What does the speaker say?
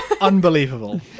unbelievable